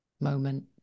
moment